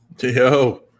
Yo